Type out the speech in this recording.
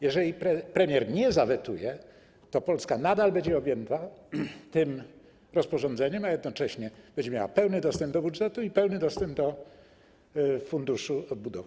Jeżeli premier nie zawetuje, to Polska nadal będzie objęta tym rozporządzeniem, a jednocześnie będzie miała pełny dostęp do budżetu i pełny dostęp do funduszu odbudowy.